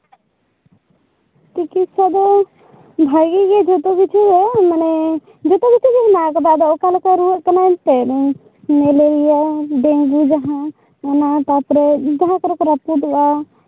ᱪᱤᱠᱤᱛᱥᱥᱟ ᱫᱚ ᱡᱚᱛᱚᱜᱮ ᱵᱷᱟᱹᱜᱤ ᱠᱤᱪᱷᱩᱜᱮ ᱡᱚᱛᱚ ᱠᱤᱪᱷᱩᱜᱮ ᱢᱮᱱᱟᱜ ᱠᱟᱫᱟ ᱟᱫᱚ ᱚᱠᱟ ᱞᱮᱠᱟᱭ ᱨᱩᱣᱟᱹᱜ ᱠᱟᱱᱟ ᱮᱱᱛᱮᱜ ᱢᱮᱞᱮᱨᱤᱭᱟ ᱰᱮᱝᱜᱩ ᱡᱟᱸᱦᱟ ᱛᱟᱯᱚᱨᱮ ᱡᱟᱸᱦᱟ ᱠᱚᱨᱮ ᱨᱟᱹᱯᱩᱫᱚᱜᱼᱟ